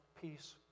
peace